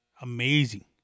Amazing